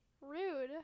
Rude